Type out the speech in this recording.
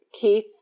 Keith